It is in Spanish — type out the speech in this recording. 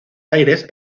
aires